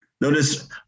Notice